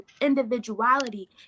individuality